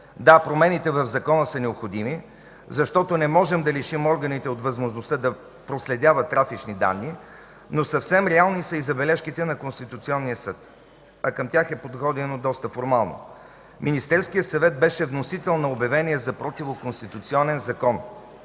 Да, промените в Закона са необходими, защото не можем да лишим органите от възможността да проследяват трафични данни, но съвсем реални са и забележките на Конституционния съд, а към тях е подходено доста формално. Министерският съвет беше вносител на обявения за противоконституционен закон